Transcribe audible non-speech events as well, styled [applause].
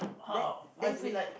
that then [noise]